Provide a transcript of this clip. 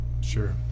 Sure